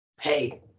hey